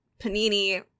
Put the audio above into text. panini